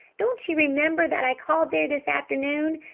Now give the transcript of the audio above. don't you remember that i called there this afternoon?